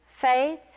Faith